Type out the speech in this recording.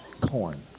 Corn